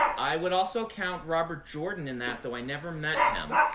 i would also count robert jordan in that, though i never met him.